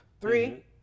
Three